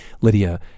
Lydia